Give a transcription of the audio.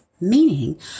meaning